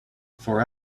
for